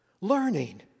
learning